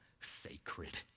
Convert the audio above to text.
sacred